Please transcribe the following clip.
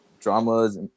dramas